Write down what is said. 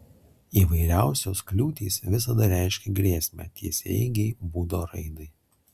įvairiausios kliūtys visada reiškia grėsmę tiesiaeigei būdo raidai